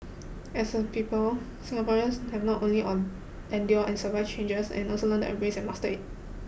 as a people Singaporeans have not only on endured and survived changes and also learned to embrace and master it